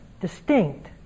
distinct